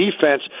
defense